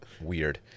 weird